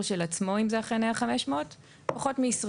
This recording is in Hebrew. של עצמו אם זה אכן היה 500. פחות מ-20,